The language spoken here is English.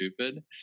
stupid